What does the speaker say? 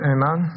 Amen